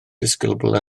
disgybl